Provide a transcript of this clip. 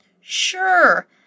Sure